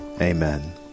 Amen